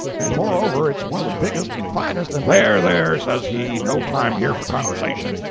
and moreover, it's one of the biggest and finest and there, there! says he, no time here for conversation.